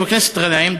חבר הכנסת גנאים,